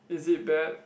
is it bad